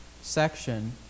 section